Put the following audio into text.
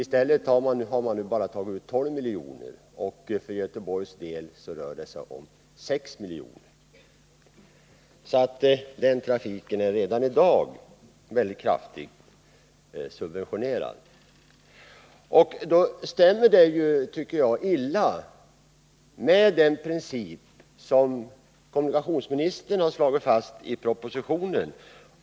I stället har man tagit ut endast 12 milj.kr. För Göteborgs del rör det sig om 6 milj.kr. Den trafiken är alltså redan i dag mycket kraftigt subventionerad. Det tycker jag stämmer illa med den princip som kommunikationsministern slagit fast i propositionen.